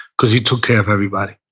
because he took care of everybody,